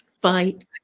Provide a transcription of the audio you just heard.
fight